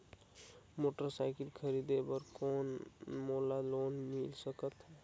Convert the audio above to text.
Motorcycle खरीदे बर कौन मोला लोन मिल सकथे?